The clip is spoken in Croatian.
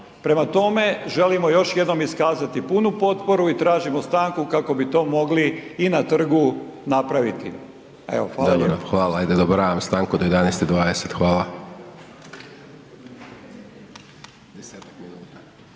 Prema tome, želimo još jednom iskazati punu potporu i tražimo stanku kako bi to mogli i na trgu napraviti. Hvala lijepo. **Hajdaš Dončić, Siniša (SDP)** Hvala.